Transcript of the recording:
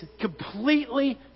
completely